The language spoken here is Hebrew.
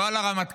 לא על הרמטכ"ל,